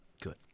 Good